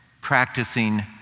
practicing